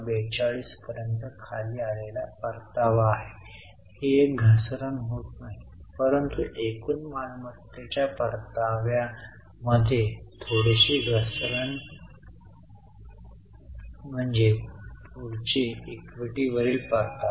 42 पर्यंत खाली आलेला परतावा होता ही काही घसरण होत नाही परंतु एकूण मालमत्त्तेच्या परताव्या मध्ये थोडीशी घसरण म्हणजे पुढची इक्विटीवरील परतावा